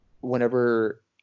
whenever